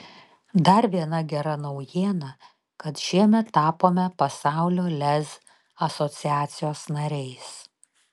dar viena gera naujiena kad šiemet tapome pasaulio lez asociacijos nariais